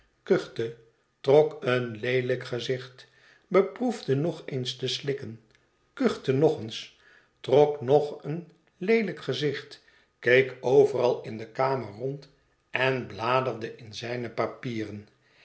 kuchte trok een leelijk gezicht beproefde nog eens te slikken kuchte nog eens trok nog een leelijk gezicht keek overal in de kamer rond en bladerde in zijne papieren